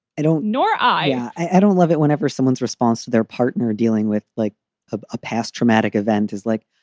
i don't nor i yeah i don't love it whenever someone's response to their partner dealing with like a past traumatic event is like,